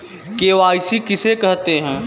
KYC किसे कहते हैं?